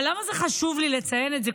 אבל למה חשוב לי לציין את זה?